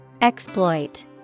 Exploit